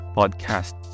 podcast